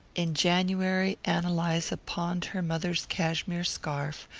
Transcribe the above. in january ann eliza pawned her mother's cashmere scarf,